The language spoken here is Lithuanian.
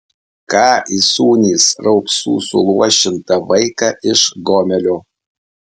kas įsūnys raupsų suluošintą vaiką iš gomelio